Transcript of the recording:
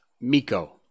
Miko